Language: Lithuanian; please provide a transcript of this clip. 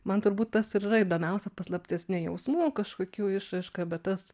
man turbūt tas ir yra įdomiausia paslaptis ne jausmų kažkokių išraiška bet tas